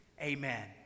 Amen